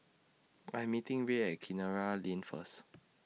I Am meeting Rae At Kinara Lane First